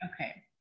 Okay